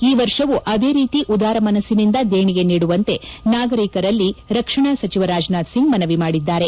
ಈ ವರ್ಷವೂ ಅದೇ ರೀತಿ ಉದಾರ ಮನಸ್ಸಿನಿಂದ ದೇಣಿಗೆ ನೀಡುವಂತೆ ನಾಗರಿಕರಲ್ಲಿ ರಕ್ಷಣಾ ಸಚಿವ ರಾಜನಾಥ್ ಸಿಂಗ್ ಮನವಿ ಮಾಡಿದ್ದಾರೆ